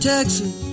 Texas